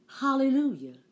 Hallelujah